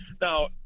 Now